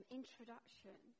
introduction